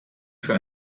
für